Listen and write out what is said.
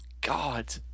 God